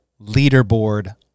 leaderboard